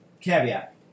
caveat